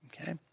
okay